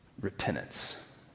repentance